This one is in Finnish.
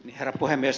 herra puhemies